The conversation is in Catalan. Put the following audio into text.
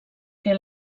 que